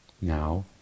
now